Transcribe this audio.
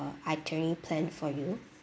uh itinerary plan for you